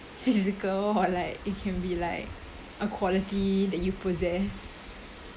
physical or like it can be like a quality that you possess